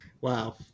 Wow